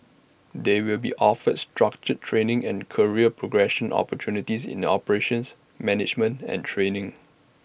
they will be offered structured training and career progression opportunities in the operations management and training